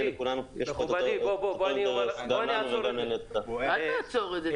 בוא נעצרו את זה.